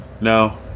no